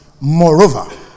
Moreover